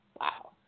Wow